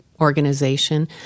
organization